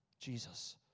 Jesus